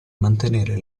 mantenere